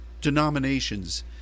denominations